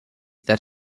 that